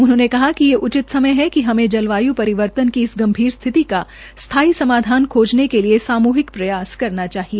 उन्होंने कहा कि वे हमें जलवाय् परिवर्तन की इस गंभीर स्थिति का स्थायी समाधान खोजने के लिए सामूहिक प्रयास करना चाहिए